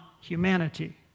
humanity